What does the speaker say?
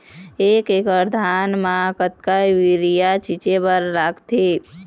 एक एकड़ धान म कतका यूरिया छींचे बर लगथे?